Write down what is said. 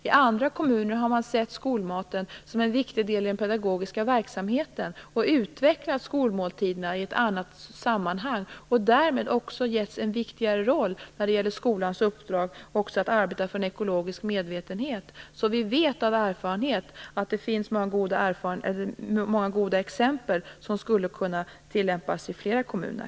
I andra kommuner har man sett skolmaten som en viktig del i den pedagogiska verksamheten och utvecklat skolmåltiderna i ett annat sammanhang. Därmed har man också getts en viktigare roll åt skolans uppdrag att arbeta för en ekologisk medvetenhet. Vi vet av erfarenhet att det finns många goda exempel som skulle kunna tillämpas i flera kommuner.